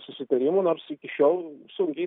susitarimų nors iki šiol sunkiai